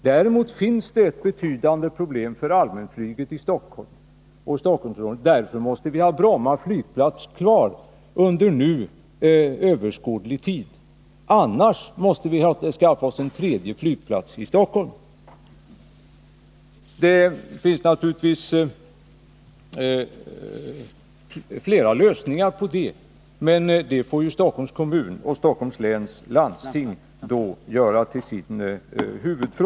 Däremot finns det ett betydande problem när det gäller allmänflyget i Stockholm och Stockholmsområdet. Därför måste vi ha Bromma flygplats kvar under nu överskådlig tid. Annars måste vi skaffa oss en tredje flygplats i Stockholm. Det finns naturligtvis flera lösningar på det, men det får ju Stockholms kommun och Stockholms läns landsting göra till sin huvudfrå